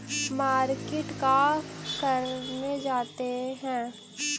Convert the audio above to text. Market का करने जाते हैं?